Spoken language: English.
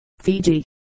Fiji